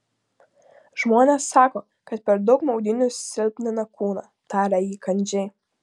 žmonės sako kad per daug maudynių silpnina kūną tarė ji kandžiai